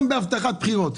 גם בהבטחת בחירות,